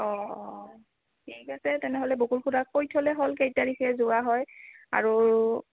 অঁ অঁ ঠিক আছে তেনেহ'লে বকুল খুৰাক কৈ থ'লে হ'ল কেই তাৰিখে যোৱা হয় আৰু